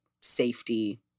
safety